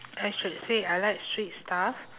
I should say I like sweet stuff